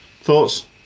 thoughts